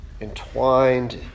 entwined